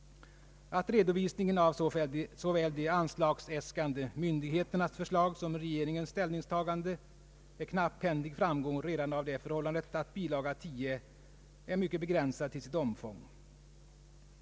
Att redovisningen av såväl de anslagsäskande myndigheternas förslag som regeringens ställningstaganden är knapphändig framgår redan av det förhållandet, att bilaga 10 är mycket begränsad till sitt omfång.